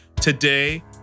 today